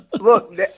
look